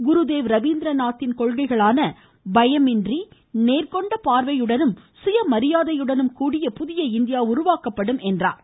குருதேவ் ரபீந்திரநாத்தின் கொள்கைகளான பயமின்றி நேர்கொண்ட பார்வையுடனும் சுய மரியாதையுடனும் கூடிய புதிய இந்தியா உருவாக்கப்படும் என்றார்